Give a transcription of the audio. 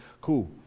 cool